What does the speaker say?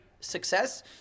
success